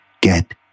get